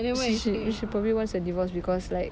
she she she probably wants a divorce because like